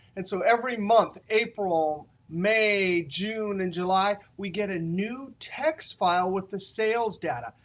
and so every month april, may, june and july we get a new text file with the sales data.